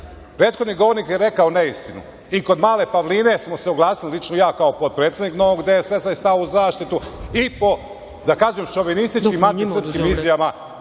prethodni govornik je rekao neistinu. I kod male Pavline smo se oglasili, lično ja, kao potpredsednik Novog DSS, stao u zaštitu i po šovinističkim antisrpskim izjavama